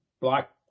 black